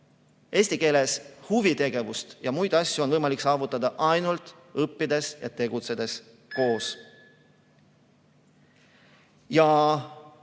eesti keeles huvitegevust ja muid asju on võimalik saavutada ainult õppides ja tegutsedes koos. Ja